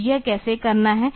तो यह कैसे करना है